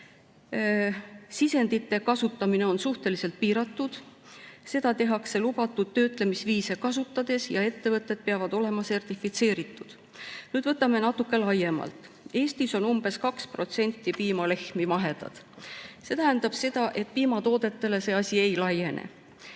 sisendite kasutamine on suhteliselt piiratud, seda tehakse lubatud töötlemisviise kasutades ja ettevõtted peavad olema sertifitseeritud. Nüüd võtame natuke laiemalt. Eestis on umbes 2% mahepiimalehmi. See tähendab seda, et piimatoodetele see ei laiene.